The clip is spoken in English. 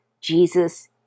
Jesus